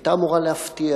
היתה אמורה להפתיע,